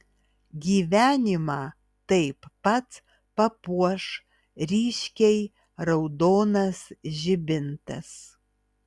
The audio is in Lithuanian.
gyvenimą taip pat papuoš ryškiai raudonas žibintas